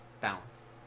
Balance